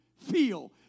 Feel